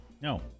No